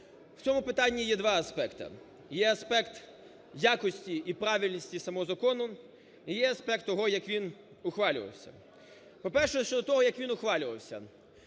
В цьому питанні є два аспекти, є аспект якості і правильності самого закону і є аспект того, як він ухвалювався. По-перше, щодо того як він ухвалювався.